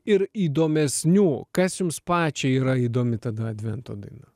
ir įdomesnių kas jums pačiai yra įdomi tada advento daina